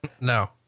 No